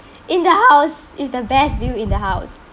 in the house it's the best view in the house